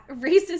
racist